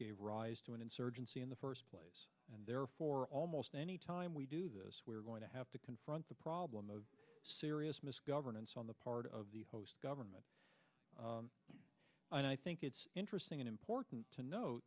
gave rise to an insurgency in the first place and therefore almost any time we do this we are going to have to confront the problem of serious misgovernance on the part of the host government and i think it's interesting and important to no